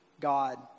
God